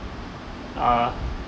uh